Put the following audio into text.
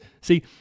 see